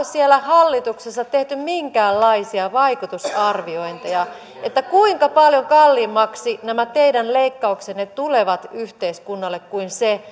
siellä hallituksessa tehty minkäänlaisia vaikutusarviointeja siitä kuinka paljon kalliimmaksi nämä leikkauksenne tulevat yhteiskunnalle kuin se